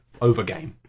overgame